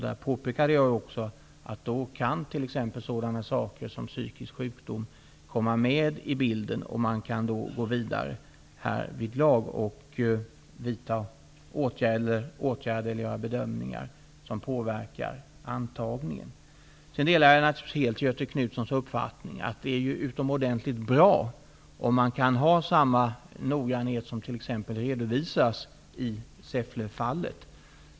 Jag påpekade också att t.ex. sådana saker som psykisk sjukdom då kan komma med i bilden, och man kan gå vidare härvidlag och vidta åtgärder eller göra bedömningar som påverkar antagningen. Jag delar naturligtvis helt Göthe Knutsons uppfattning, att det är utomordentligt bra om man kan tillämpa samma noggrannhet som t.ex. den som redovisas i Säfflefallet.